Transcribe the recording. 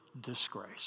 disgrace